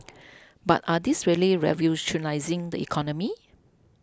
but are these really revolutionising the economy